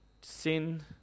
sin